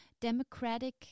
democratic